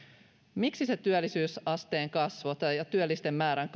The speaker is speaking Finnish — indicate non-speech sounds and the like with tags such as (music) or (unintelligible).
miksi se työllisyysasteen ja työllisten määrän (unintelligible)